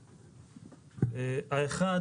האחד,